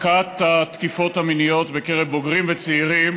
מכת התקיפות המיניות בקרב בוגרים וצעירים